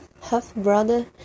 half-brother